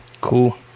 Cool